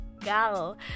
gal